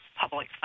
public